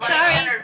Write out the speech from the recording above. Sorry